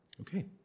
Okay